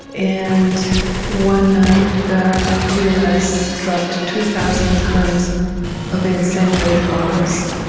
and one night the u s. dropped two thousand tons of incendiary bombs